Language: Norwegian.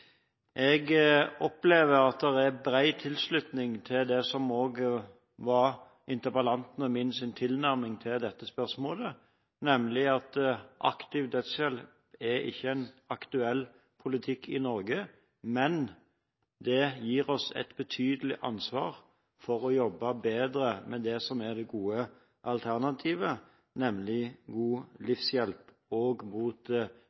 Jeg opplever at det er bred tilslutning til det som òg var interpellantens og min tilnærming til dette spørsmålet, nemlig at aktiv dødshjelp ikke er en aktuell politikk i Norge. Men det gir oss et betydelig ansvar for å jobbe bedre med det som er det gode alternativet, nemlig god